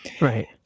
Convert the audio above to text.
Right